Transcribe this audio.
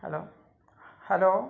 hello hello